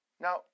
Now